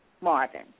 Marvin